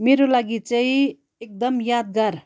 मेरो लागि चाहिँ एकदम यादगार